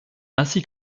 ainsi